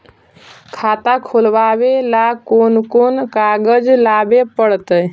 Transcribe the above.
खाता खोलाबे ल कोन कोन कागज लाबे पड़तै?